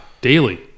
daily